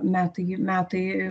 metai metai